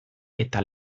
eta